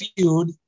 feud